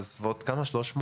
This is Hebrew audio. כל אחד דקה וחצי עד שתיים.